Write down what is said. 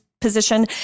position